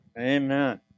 amen